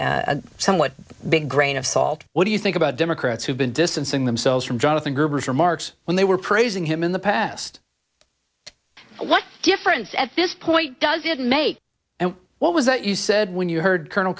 a somewhat big grain of salt what do you think about democrats who've been distancing themselves from jonathan gruber remarks when they were praising him in the past what difference at this point does it make and what was that you said when you heard colonel